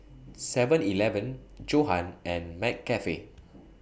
Seven Eleven Johan and McCafe